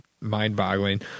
mind-boggling